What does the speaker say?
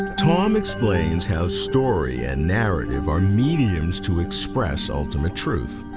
tom explains how story and narrative are mediums to express ultimate truth.